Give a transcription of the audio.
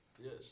yes